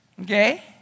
Okay